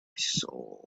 saw